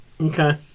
okay